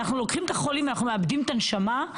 אנחנו לוקחים את החולים ואנחנו מאבדים את הנשמה.